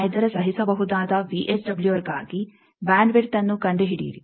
5ರ ಸಹಿಸಬಹುದಾದ ವಿಎಸ್ಡಬ್ಲ್ಯೂಆರ್ಗಾಗಿ ಬ್ಯಾಂಡ್ ವಿಡ್ತ್ಅನ್ನು ಕಂಡುಹಿಡಿಯಿರಿ